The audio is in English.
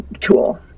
tool